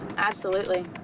absolutely.